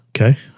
Okay